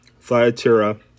Thyatira